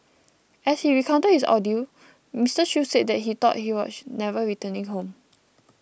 as he recounted his ordeal Mister Shoo said that he thought he was never returning home